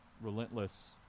relentless